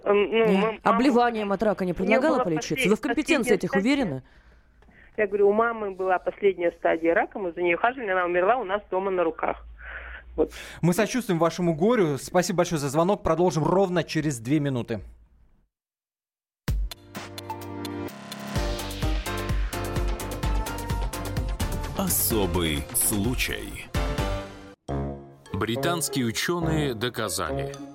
Ну, Мгм. мы- А мама- обливанием от рака не у нее предлагала была полечиться? послед- Вы в компетенции последняя этих стадия. уверены? Я говорю, у мамы была последняя стадия рака, мы за нее ухаживали, она умерла у нас дома на руках. Вот. Мы сочувствуем вашему горю. Спасибо большое за звонок. Продолжим ровно через две минуты. Особый случай. Британские ученые доказали.